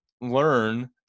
learn